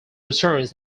returns